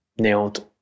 nailed